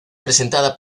presentada